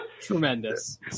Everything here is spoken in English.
tremendous